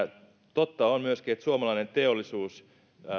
totta on myöskin että suomalainen teollisuus